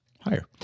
higher